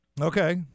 Okay